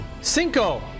cinco